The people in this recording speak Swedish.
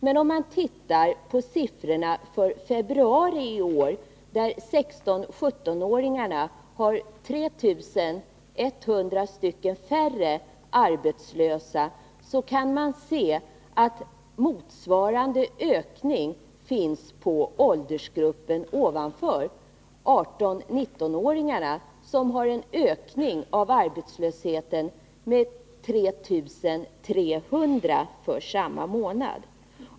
Men om man ser på siffrorna för februari i år, där 16-17-åringarna har 3 100 färre arbetslösa, kan man konstatera motsvarande ökning beträffande åldersgruppen ovanför, 18-19-åringarna, där det noteras en ökning av arbetslösheten med 3 300 avseende samma månad.